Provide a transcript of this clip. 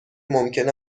ممکن